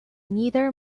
neither